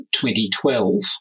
2012